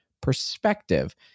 perspective